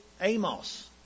Amos